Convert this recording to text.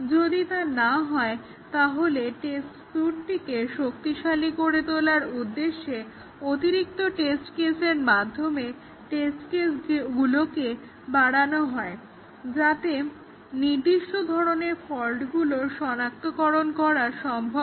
যদি না হয় তাহলে টেস্ট স্যুটটিকে শক্তিশালী করে তোলার উদ্দেশ্যে অতিরিক্ত টেস্ট কেসের মাধ্যমে টেস্ট কেসগুলোকে বাড়ানো হয় যাতে নির্দিষ্ট ধরণের ফল্টগুলোর সনাক্তকরণ সম্ভব হয়